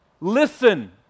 Listen